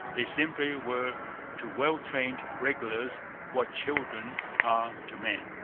they simply were to well-trained regulars what children are to men.